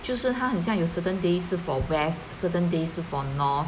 就是他很像有 certain days 是 for west certain days 是 for north mm